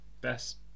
best